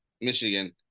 Michigan